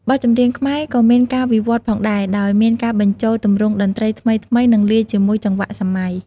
បទចម្រៀងខ្មែរក៏មានការវិវត្តន៍ផងដែរ ដោយមានការបញ្ចូលទម្រង់តន្ត្រីថ្មីៗ និងលាយជាមួយចង្វាក់សម័យ។